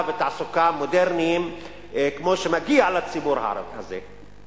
ותעסוקה מודרניים כמו שמגיע לציבור הערבי הזה.